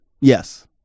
Yes